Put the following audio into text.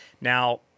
Now